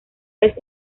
vez